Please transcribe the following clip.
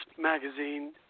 magazine